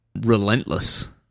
relentless